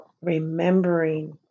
remembering